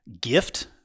gift